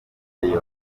yombi